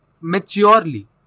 Maturely